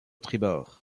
tribord